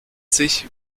sich